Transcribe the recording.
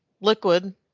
liquid